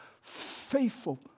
faithful